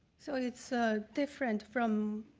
so it's so different from